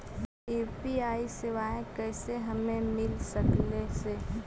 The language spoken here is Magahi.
यु.पी.आई सेवाएं कैसे हमें मिल सकले से?